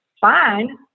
fine